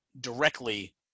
directly